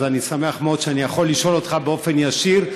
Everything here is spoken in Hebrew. אז אני שמח מאוד שאני יכול לשאול אותך באופן ישיר,